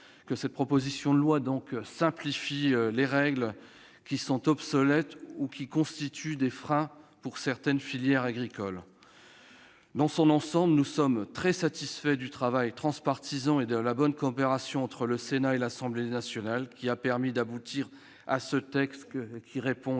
que cette proposition de loi simplifie des règles qui sont obsolètes ou qui constituent des freins pour certaines filières agricoles. Dans l'ensemble, nous sommes satisfaits du travail transpartisan et de la bonne coopération entre le Sénat et l'Assemblée nationale, qui a permis d'aboutir à ce texte qui répond